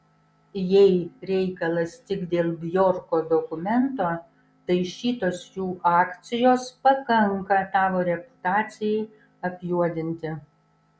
jei reikalas tik dėl bjorko dokumento tai šitos jų akcijos pakanka tavo reputacijai apjuodinti